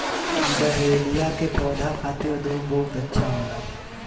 dahlia के पौधा खातिर धूप बहुत अच्छा होला